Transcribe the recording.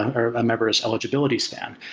or a member s eligibility stand.